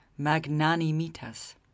magnanimitas